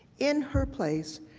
in her place,